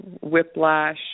whiplash